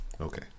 Okay